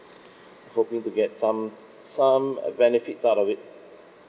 hoping to get some some err benefits out of it